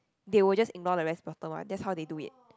they will just ignore the rest bottom one that's how they do it